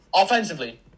offensively